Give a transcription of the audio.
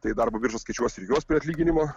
tai darbo birža skaičiuos ir juos prie atlyginimo